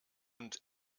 und